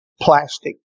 plastic